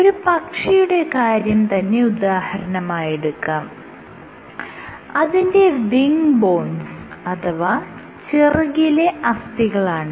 ഒരു പക്ഷിയുടെ കാര്യം ഉദാഹരണമായെടുക്കാം അതിന്റെ വിങ് ബോൺസ് അഥവാ ചിറകിലെ അസ്ഥികളാണിത്